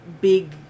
big